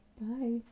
bye